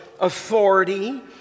authority